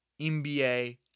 NBA